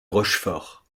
rochefort